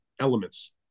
elements